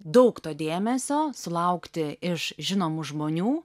daug to dėmesio sulaukti iš žinomų žmonių